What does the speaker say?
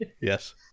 Yes